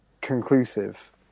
conclusive